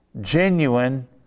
genuine